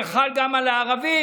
זה חל גם על הערבים,